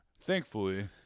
thankfully